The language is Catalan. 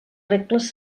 regles